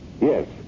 Yes